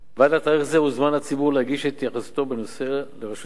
ועד לתאריך זה הוזמן הציבור להגיש את התייחסותו בנושא לרשות המסים.